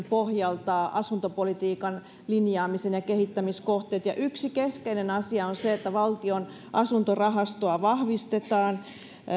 pohjalta asuntopolitiikan linjaamisen ja kehittämiskohteet ja yksi keskeinen asia on se että valtion asuntorahastoa vahvistetaan